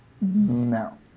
No